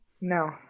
No